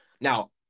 Now